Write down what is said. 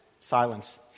Silence